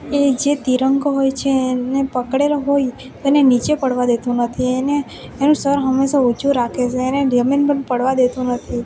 એ જે તિરંગો હોય છે એને પકડેલો હોય તો એને નીચે પડવા દેતો નથી એને એનું સર હંમેશા ઊંચું રાખે છે એને જમીન પર પડવા દેતો નથી